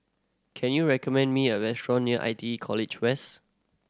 can you recommend me a restaurant near I T E College West